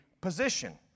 position